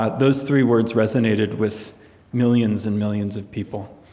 ah those three words resonated with millions and millions of people.